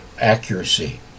accuracy